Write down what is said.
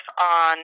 on